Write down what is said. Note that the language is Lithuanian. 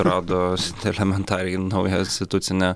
rados elementariai nauja institucinė